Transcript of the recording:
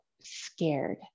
scared